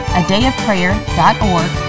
adayofprayer.org